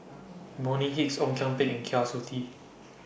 Bonny Hicks Ong Kian Peng Kwa Siew Tee